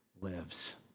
lives